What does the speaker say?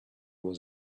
was